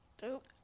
Dope